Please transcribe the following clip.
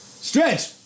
Stretch